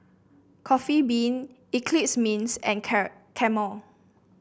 Coffee Bean Eclipse Mints and Camel